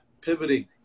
pivoting